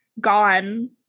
gone